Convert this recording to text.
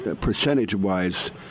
percentage-wise